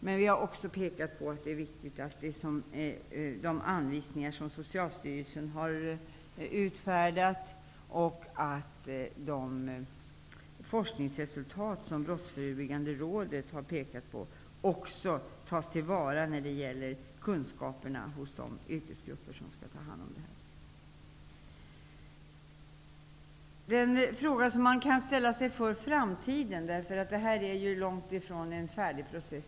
Det är också viktigt att Brottsförebyggande rådets forskningsresultat tas till vara när det gäller kunskaperna hos berörda yrkesgrupper. Denna process är långt ifrån färdig.